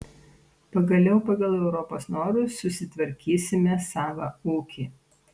pagaliau pagal europos norus susitvarkysime savą ūkį